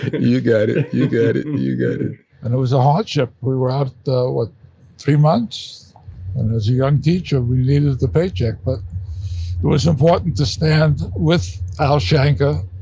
you got it. you got it. and you you got it and it was a hardship. we were out what? three months. and as a young teacher, we needed the paycheck, but it was important to stand with al shanker.